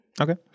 Okay